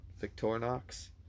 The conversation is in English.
Victorinox